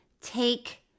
take